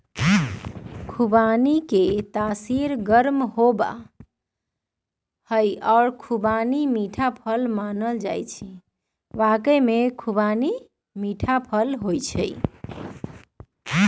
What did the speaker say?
खुबानी के तासीर गर्म होबा हई और खुबानी मीठा फल मानल जाहई